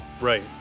Right